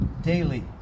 daily